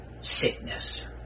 sickness